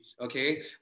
okay